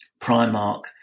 Primark